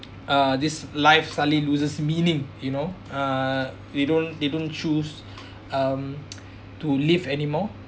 uh this life suddenly loses meaning you know uh they don't they don't choose um to live anymore